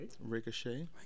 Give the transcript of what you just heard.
Ricochet